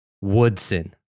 Woodson